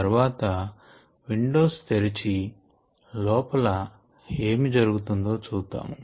తర్వాత విండోస్ తెరచి లోపల ఏమి జరుగుతుందో చూద్దాము